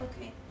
okay